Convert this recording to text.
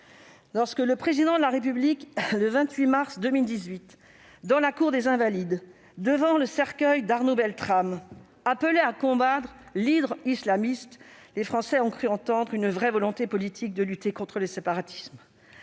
lorsque le Président de la République, le 28 mars 2018, dans la cour des Invalides, devant le cercueil d'Arnaud Beltrame, appelait à combattre l'hydre islamiste, les Français ont cru entendre une vraie volonté politique de lutter contre le séparatisme.